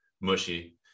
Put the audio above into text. mushy